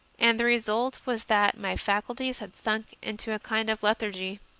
and the result was that my fac ulties had sunk into a kind of lethargy.